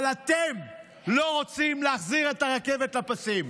אבל אתם לא רוצים להחזיר את הרכבת לפסים.